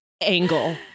angle